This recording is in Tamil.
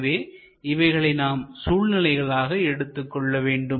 எனவே இவைகளை நாம் சூழ்நிலைகளாக எடுத்துக்கொள்ள வேண்டும்